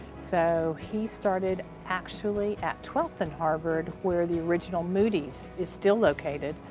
so, he started actually at twelfth and harvard, where the original moody's is still located.